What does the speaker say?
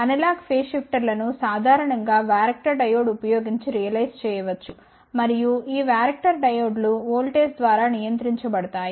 analogue phase షిఫ్టర్లను సాధారణం గా వ్యారక్టర్ డయోడ్ ఉపయోగించి రియలైజ్ చేయవచ్చు మరియు ఈ వ్యారక్టర్ డయోడ్ లు ఓల్టేజ్ ద్వారా నియంత్రించబడతాయి